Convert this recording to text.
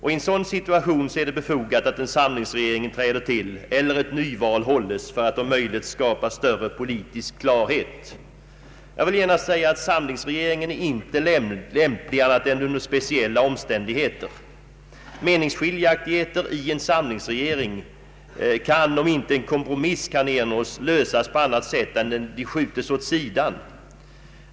I en sådan situation är det befogat att en samlingsregering träder till eller att nyval hålles för att om möjligt skapa större politisk klarhet. Samlingsregering är inte lämplig annat än under speciella omständigheter. Meningsskiljaktigheter i en samlingsregering kan, om inte en kompromiss kan ernås, inte lösas på annat sätt än att frågan skjutes åt sidan.